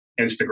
Instagram